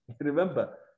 remember